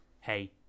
Hey